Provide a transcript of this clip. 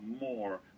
more